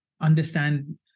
understand